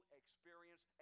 experience